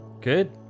Good